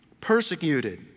Persecuted